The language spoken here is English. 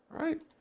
Right